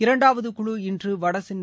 இரண்டாவது குழு இன்று வடசென்னை